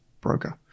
broker